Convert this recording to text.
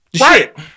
Right